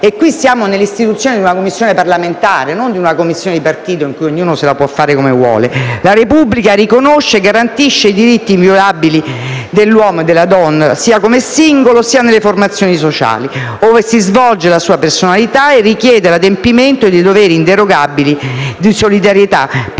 e qui parliamo dell'istituzione di una Commissione parlamentare, non di una commissione di partito che ognuno si può fare come vuole - l'articolo 2 recita: «La Repubblica riconosce e garantisce i diritti inviolabili dell'uomo e della donna, sia come singolo, sia nelle formazioni sociali ove si svolge la sua personalità, e richiede l'adempimento dei doveri inderogabili di solidarietà politica,